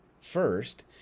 First